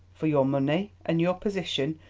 for your money and your position,